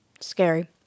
scary